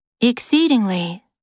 Exceedingly